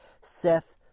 Seth